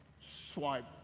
swipe